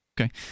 Okay